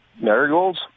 Marigolds